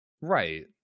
Right